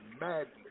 madness